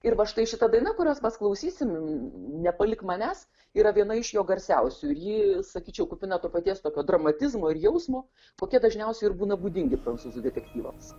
ir va štai šita daina kurios mes klausysim nepalik manęs yra viena iš jo garsiausių ir ji sakyčiau kupina to paties tokio dramatizmo ir jausmo kokie dažniausiai ir būna būdingi prancūzų detektyvams